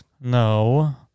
No